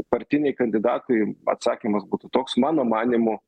partiniai kandidatai atsakymas būtų toks mano manymu